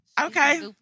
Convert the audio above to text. Okay